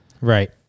right